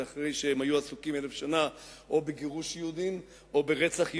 זה אחרי שהם היו עסוקים אלף שנה או בגירוש יהודים או ברצח יהודים,